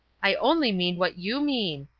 i only mean what you mean,